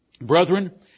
Brethren